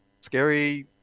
scary